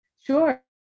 Sure